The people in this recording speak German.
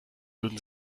würden